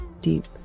deep